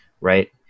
right